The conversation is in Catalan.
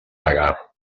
pagar